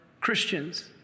Christians